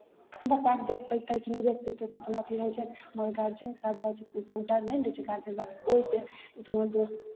बच्चाकेँ देख पयतै कि नहि देख पयतै ओतना अथी रहै छै मगर गार्जियनके साथ जाइ छियै तऽ ओसभ डर नहि ने रहै छै गार्जियन पास ओहिसँ दुनू दोस्त